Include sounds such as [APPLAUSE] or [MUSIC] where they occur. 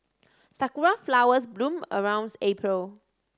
sakura flowers bloom around [UNINTELLIGIBLE] April